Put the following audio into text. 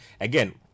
again